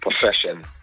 profession